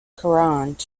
kerrang